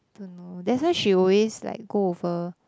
don't know that's why she always like go over